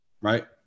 Right